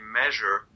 measure